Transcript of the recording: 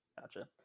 Gotcha